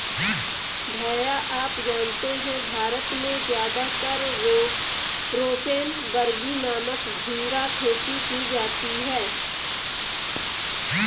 भैया आप जानते हैं भारत में ज्यादातर रोसेनबर्गी नामक झिंगा खेती की जाती है